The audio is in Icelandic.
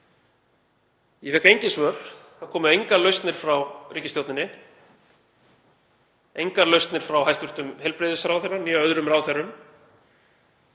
Ég fékk engin svör. Það komu engar lausnir frá ríkisstjórninni, engar lausnir frá hæstv. heilbrigðisráðherra né öðrum ráðherrum.